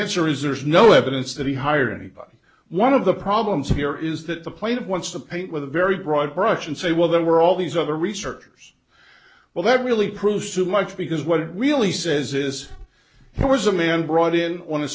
answer is there's no evidence that he hired anybody one of the problems here is that the plight of wants to paint with a very broad brush and say well there were all these other researchers well that really proved too much because what it really says is there was a man brought in on a